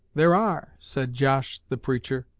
there are said josh the preacher,